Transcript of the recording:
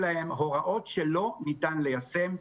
הוראות שלא ניתנות ליישם,